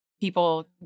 people